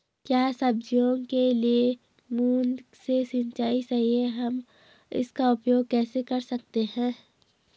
क्या सब्जियों के लिए बूँद से सिंचाई सही है हम इसका उपयोग कैसे कर सकते हैं?